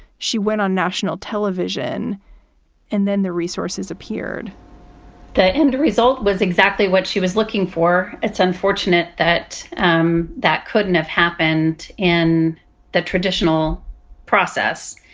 she went on national television and then the resources appeared the end result was exactly what she was looking for it's unfortunate that um that couldn't have happened in the traditional process,